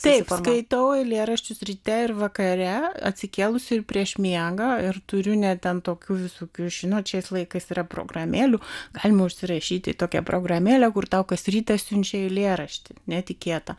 taip skaitau eilėraščius ryte ir vakare atsikėlusi ir prieš miegą ir turiu net ten tokių visokių žinot šiais laikais yra programėlių galima užsirašyti į tokią programėlę kur tau kas rytą siunčia eilėraštį netikėtą